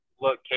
look